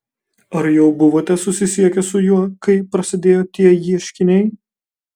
ar jau buvote susisiekęs su juo kai prasidėjo tie ieškiniai